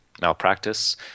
malpractice